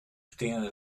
steane